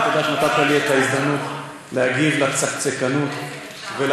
גם תודה שנתת לי את ההזדמנות להגיב לצקצקנות ולהיתממות,